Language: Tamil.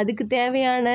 அதுக்கு தேவையான